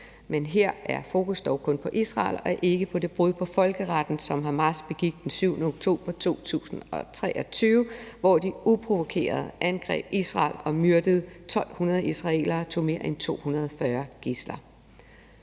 men her er fokus dog kun på Israel og ikke på det brud på folkeretten, som Hamas begik den 7. oktober 2023, hvor de uprovokeret angreb Israel og myrdede 1.200 israelere og tog mere end 240 gidsler.